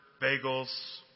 bagels